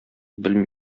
белми